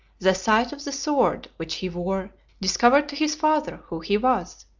the sight of the sword which he wore discovered to his father who he was,